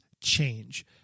change